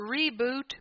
reboot